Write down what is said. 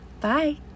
Bye